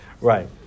Right